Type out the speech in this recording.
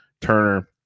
Turner